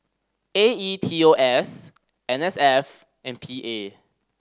A E T O S N S F and P A